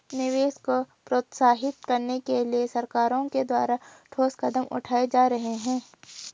निवेश को प्रोत्साहित करने के लिए सरकारों के द्वारा ठोस कदम उठाए जा रहे हैं